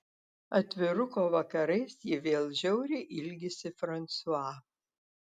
atviruko vakarais ji vėl žiauriai ilgisi fransua